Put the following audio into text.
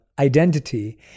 identity